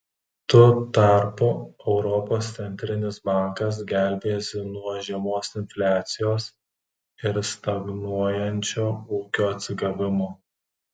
tu tarpu europos centrinis bankas gelbėjasi nuo žemos infliacijos ir stagnuojančio ūkio atsigavimo